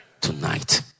tonight